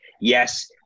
yes